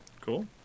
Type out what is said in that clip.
Cool